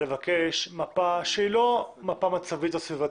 לבקש מפה שהיא לא מפה מצבית או סביבתית,